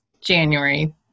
January